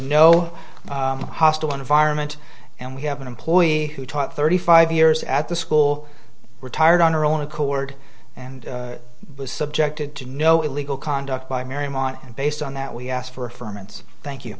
no hostile environment and we have an employee who taught thirty five years at the school retired on her own accord and was subjected to no illegal conduct by marymount and based on that we asked for a